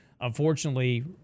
Unfortunately